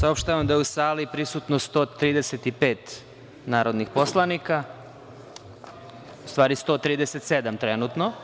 Saopštavam da je u sali prisutno 135 narodnih poslanika, u stvari 137 trenutno.